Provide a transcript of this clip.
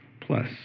plus